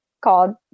called